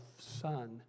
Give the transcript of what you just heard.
son